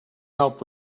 help